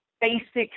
basic